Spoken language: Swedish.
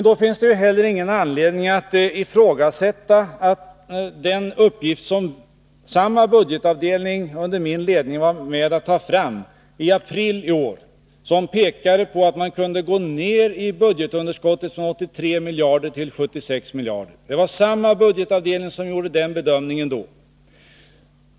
Då finns det heller ingen anledning att ifrågasätta den uppgift som samma budgetavdelning under min ledning var med om att ta fram i april i år, som pekade på att man kunde gå ned i budgetunderskott från 83 till 76 miljarder. Det var samma budgetavdelning som gjorde den bedömningen då.